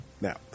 Now